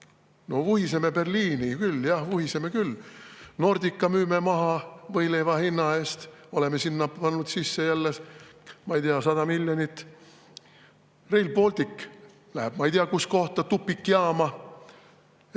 No vuhiseme Berliini küll! Jah, vuhiseme küll! Nordica müüme maha võileivahinna eest, aga oleme sinna pannud, ma ei tea, 100 miljonit. Rail Baltic läheb ma ei tea kus kohta tupikjaama.